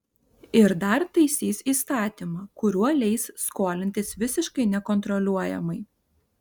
ir dar taisys įstatymą kuriuo leis skolintis visiškai nekontroliuojamai